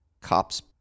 cops